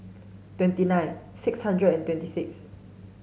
twenty nine six hundred and twenty six